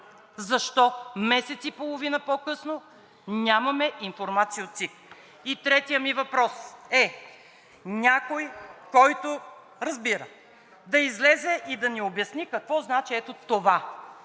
Защо месец и половина по-късно нямаме информация от ЦИК? И третият ми въпрос е: някой, който разбира, да излезе и да ни обясни какво значи ето това